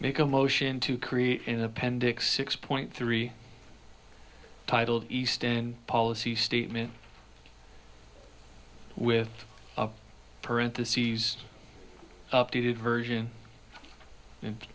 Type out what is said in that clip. make a motion to create in appendix six point three titled eastend policy statement with parentheses updated version and